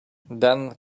then